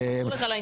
אני שוקל את זה.